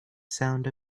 sound